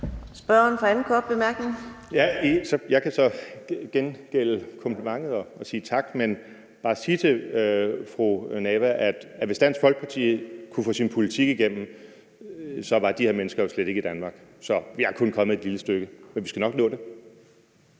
Morten Messerschmidt (DF): Jeg kan så gengælde komplimentet og sige tak, men også bare sige til fru Samira Nawa, at hvis Dansk Folkeparti kunne få sin politik igennem, var de her mennesker jo slet ikke i Danmark. Vi er kun kommet et lille stykke, men vi skal nok nå det.